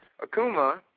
Akuma